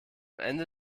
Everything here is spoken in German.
ende